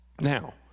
Now